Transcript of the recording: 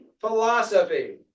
philosophy